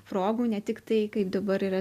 progų ne tik tai kaip dabar yra